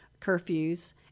curfews